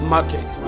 Market